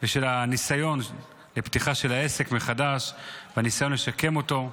ושל הניסיון לפתיחה של העסק מחדש וניסיון לשקם אותו.